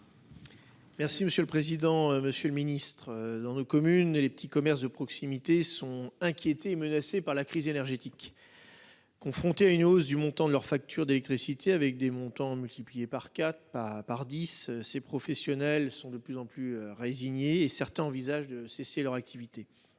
Merci monsieur le président, Monsieur le Ministre, dans nos communes et les petits commerces de proximité sont inquiétés menacé par la crise énergétique. Confrontée à une hausse du montant de leur facture d'électricité avec des montants multiplié par quatre. Pas par 10 ces professionnels sont de plus en plus résigné et certains envisagent de cesser leur activité.